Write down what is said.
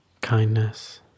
kindness